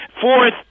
Fourth